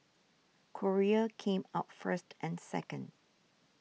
Korea came out first and second